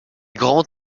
grands